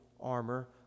armor